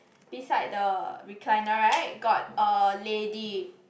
beside the recliner right got a lady